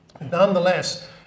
nonetheless